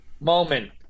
moment